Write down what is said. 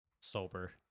sober